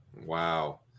wow